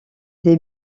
des